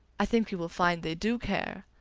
i think you will find they do care.